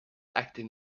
acting